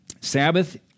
Sabbath